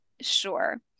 Sure